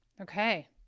Okay